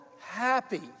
happy